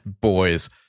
Boys